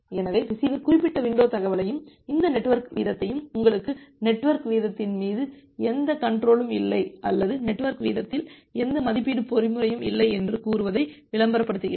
எனவே ரிசீவர் குறிப்பிட்ட விண்டோ தகவலையும் இந்த நெட்வொர்க் வீதத்தையும் உங்களுக்கு நெட்வொர்க் வீதத்தின் மீது எந்த கன்ட்ரோலும் இல்லை அல்லது நெட்வொர்க் வீதத்தில் எந்த மதிப்பீட்டு பொறிமுறையும் இல்லை என்று கூறுவதை விளம்பரப்படுத்துகிறது